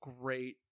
great